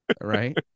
right